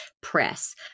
press